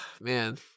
man